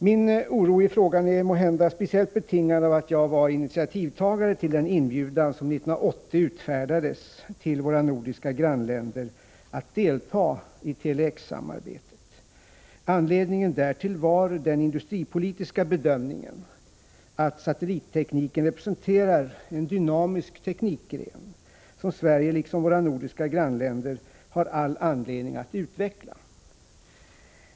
Min oro är måhända speciellt betingad av att jag var initiativtagare till en inbjudan som 1980 utfärdades till våra nordiska grannländer att delta i Tele-X-samarbetet. Anledningen därtill var den industripolitiska bedömningen att satellittekniken representerar en dynamisk teknikgren som Sverige liksom våra nordiska grannländer har all anledning att utveckla.